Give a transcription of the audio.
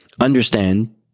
Understand